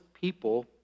people